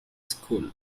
school